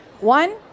One